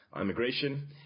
immigration